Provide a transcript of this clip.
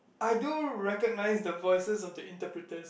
I do recognize the voices of the interpreters